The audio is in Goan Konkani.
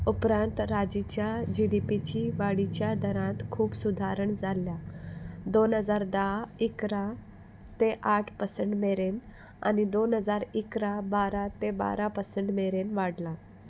उपरांत राजीच्या जीडीपीची वाडीच्या दरांत खूब सुदारण जाल्ल्या दोन हजार धा इकरा ते आठ पर्संट मेरेन आनी दोन हजार इकरा बारा ते बारा पर्संट मेरेन वाडला